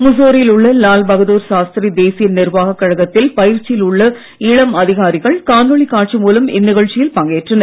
முசோரியில் உள்ள லால்பகதார் சாஸ்திரி தேசிய நிர்வாக கழகத்தில் பயிற்சியில் உள்ள இளம் அதிகாரிகள் காணொளி காட்சி மூலம் இந்நிகழ்ச்சியில் பங்கேற்றனர்